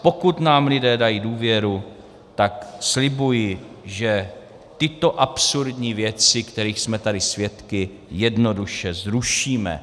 Pokud nám lidé dají důvěru, tak slibuji, že tyto absurdní věci, kterých jsme tady svědky, jednoduše zrušíme.